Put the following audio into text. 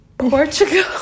Portugal